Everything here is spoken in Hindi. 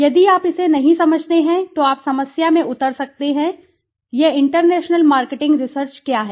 यदि आप इसे नहीं समझते हैं तो आप समस्या में उतर सकते हैं तो यह इंटरनेशनल मार्केटिंग रिसर्च क्या है